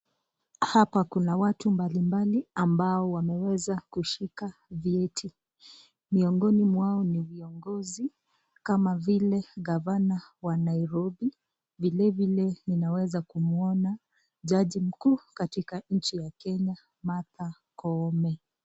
Hapa kuna watu mbalimbali ambao wameweza kushika viti. Miongoni mwao ni vingozi kama vile gavana wa Nairobi vilevile ninaweza kumuona jaji mkuu katika nchi ya Kenya Martha Koome.